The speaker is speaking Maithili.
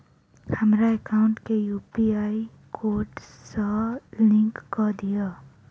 हमरा एकाउंट केँ यु.पी.आई कोड सअ लिंक कऽ दिऽ?